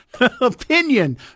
opinion